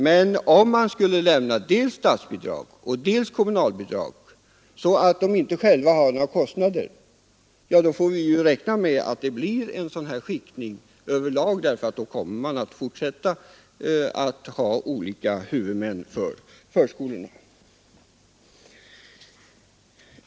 Men om man skulle lämna dels statsbidrag, dels kommunalbidrag, så att de alternativa förskolorna själva inte har några kostnader, får vi räkna med att det blir en skiktning över lag; då kommer man att få fortsätta med att ha olika huvudmän för förskolorna.